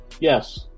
Yes